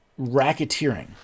racketeering